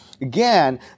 Again